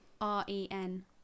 R-E-N